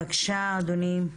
בבקשה אדוני,